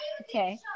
Okay